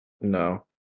No